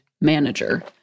manager